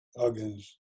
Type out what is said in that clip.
Huggins